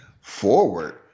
forward